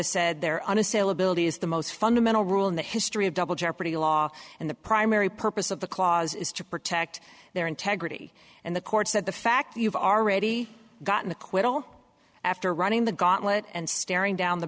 has said they're on a saleability is the most fundamental rule in the history of double jeopardy law and the primary purpose of the clause is to protect their integrity and the court said the fact you've already got an acquittal after running the gauntlet and staring down the